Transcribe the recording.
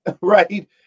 right